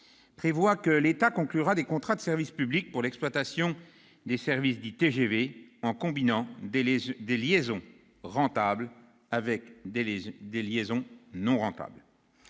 prévoit-elle que l'État conclura des contrats de service public pour l'exploitation des services dits TGV, en combinant des liaisons rentables et des liaisons non rentables.